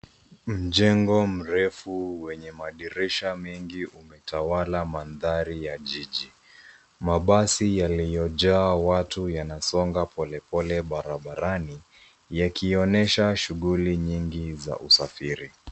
Mjengo mrefu wenye madirisha mengi umetawala mandhari ya jiji. Mabasi yaliyojaa watu yanasonga polepole barabarani, yakionyesha shughuli nyingi za usafiri.